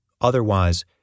Otherwise